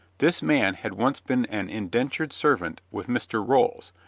this man had once been an indentured servant with mr. rolls,